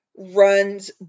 Runs